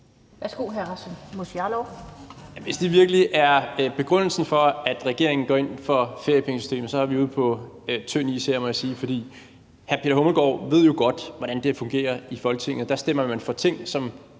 Hvis det virkelig er begrundelsen for, at regeringen går ind for feriepengesystemet, er vi ude på tynd is her, må jeg sige, for beskæftigelsesministeren ved jo godt, hvordan det fungerer i Folketinget. Der stemmer man for ting, som